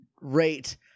rate